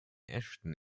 ashton